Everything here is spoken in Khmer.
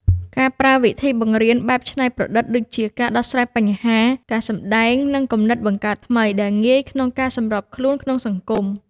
ការប្រើវិធីបង្រៀនបែបច្នៃប្រឌិតដូចជា ការដោះស្រាយបញ្ហា ការសម្តែង និងគំនិតបង្កើតថ្មី ដែលងាយក្នុងការសម្របខ្លួនក្នុងសង្គម។